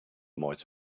might